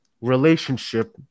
relationship